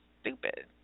stupid